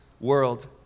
world